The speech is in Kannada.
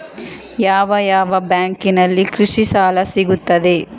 ಯಾವ ಯಾವ ಬ್ಯಾಂಕಿನಲ್ಲಿ ಕೃಷಿ ಸಾಲ ಸಿಗುತ್ತದೆ?